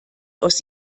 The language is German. aus